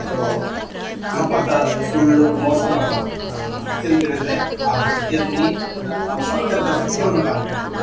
ಕಪಟ ಸುಳ್ಳು ಮೋಸ ಮಾಡಬಾರ್ದು ವೃತ್ತಿ ಅಂತ ಹೇಳಿದ್ರೆ ಆ ವೃತ್ತಿಯಲ್ಲಿ ನಾವು ಸತ್ಯತೆ ಸತ್ಯವನ್ನು ಕಾಣಬೇಕು